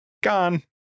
gone